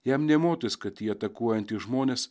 jam nė motais kad tie atakuojantys žmonės